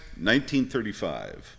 1935